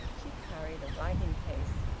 she carried a writing-case.